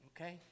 Okay